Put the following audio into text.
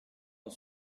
ont